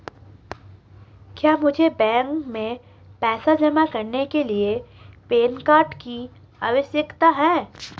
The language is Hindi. क्या मुझे बैंक में पैसा जमा करने के लिए पैन कार्ड की आवश्यकता है?